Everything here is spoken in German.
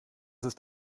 ist